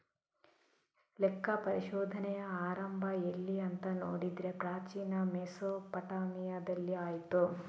ಲೆಕ್ಕ ಪರಿಶೋಧನೆಯ ಆರಂಭ ಎಲ್ಲಿ ಅಂತ ನೋಡಿದ್ರೆ ಪ್ರಾಚೀನ ಮೆಸೊಪಟ್ಯಾಮಿಯಾದಲ್ಲಿ ಆಯ್ತು